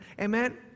Amen